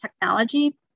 technology